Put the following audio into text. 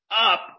up